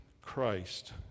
Christ